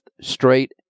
straight